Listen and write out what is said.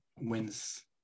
wins